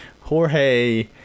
Jorge